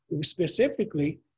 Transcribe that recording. Specifically